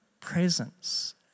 presence